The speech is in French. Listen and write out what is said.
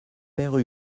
père